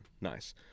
nice